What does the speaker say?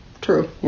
true